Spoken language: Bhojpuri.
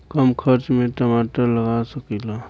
कम खर्च में टमाटर लगा सकीला?